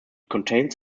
contains